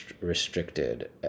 restricted